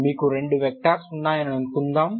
మీకు రెండు వెక్టర్స్ ఉన్నాయని అనుకుందాం